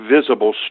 visible